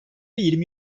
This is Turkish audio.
yirmi